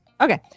Okay